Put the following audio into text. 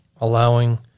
Allowing